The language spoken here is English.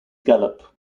gallup